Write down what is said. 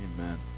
Amen